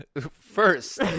First